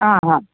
ಹಾಂ ಹಾಂ